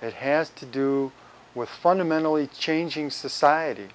it has to do with fundamentally changing society